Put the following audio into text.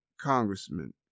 congressman